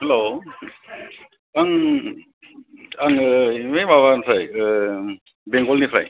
हेल' ओं आङो बै माबानिफ्राय बेंगल निफ्राय